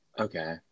Okay